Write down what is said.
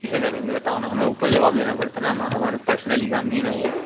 किसे करेंगे बताओ ना हमें ऊपर जवाब देना पड़ता ना हम हमारी पर्सनली काम नहीं है ना यह